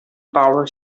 power